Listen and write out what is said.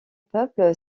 peuple